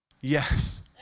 Yes